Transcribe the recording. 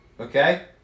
Okay